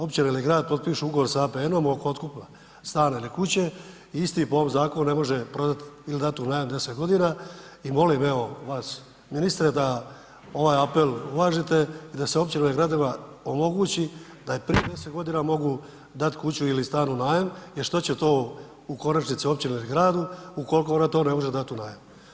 Općina ili grad potpišu ugovor sa APN-om oko otkupa stana ili kuće i isti po ovom zakonu ne može prodati ili dati u najam 10 godina i molim, evo, vas ministre da ovaj apel uvažite i da se općinama i gradovima omogući da i prije 10 godina mogu dati kuću ili stan u najam jer što će to u konačnici općini ili gradu ukoliko ona to ne može dati u najam.